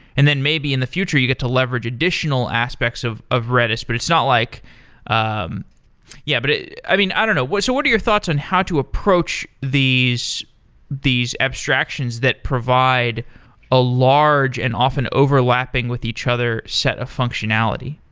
and then maybe in the future you get to leverage additional aspects of of redis, but it's not like um yeah but ah i don't know. what so what are your thoughts on how to approach these these abstractions that provide a large and often overlapping with each other set of functionality?